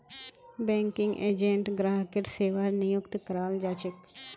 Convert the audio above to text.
banking agent ग्राहकेर सेवार नियुक्त कराल जा छेक